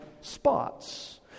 spots